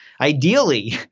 Ideally